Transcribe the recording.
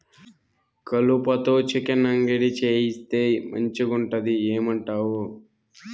కలుపతో చికెన్ అంగడి చేయిస్తే మంచిగుంటది ఏమంటావు